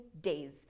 days